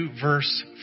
verse